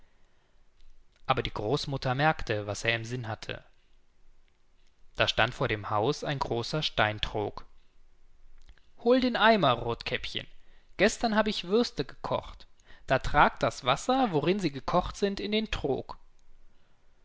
aber die großmutter merkte was er im sinn hatte da stand vor dem haus ein großer steintrog hol den eimer rothkäppchen gestern hab ich würste gekocht da trag das wasser worin sie gekocht sind in den trog